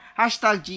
hashtag